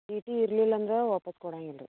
ಚೀಟಿ ಇರ್ಲಿಲ್ಲ ಅಂದರೆ ವಾಪಸ್ಸು ಕೊಡಂಗಿಲ್ಲ ರೀ